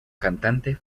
cantante